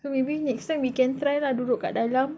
so maybe next time we can try lah duduk dekat dalam